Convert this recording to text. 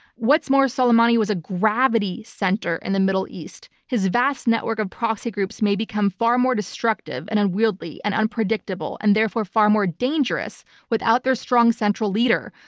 what's more, soleimani was a gravity center in and the middle east. his vast network of proxy groups may become far more destructive and unwieldy and unpredictable, and therefore far more dangerous without their strong central leader.